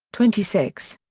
twenty six.